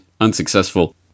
unsuccessful